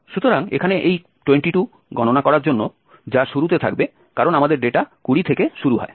সুতরাং এখানে এই 22 গণনা করার জন্য যা শুরুতে থাকবে কারণ আমাদের ডেটা 20 থেকে শুরু হয়